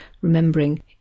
remembering